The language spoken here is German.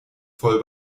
voll